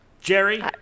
Jerry